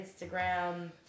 Instagram